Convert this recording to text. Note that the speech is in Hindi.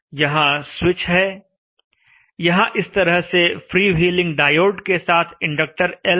यहां स्विच है यहां इस तरह से फ्रीव्हीलिंग डायोड के साथ इंडक्टर L है